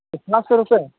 سات سو روپئے